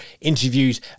interviews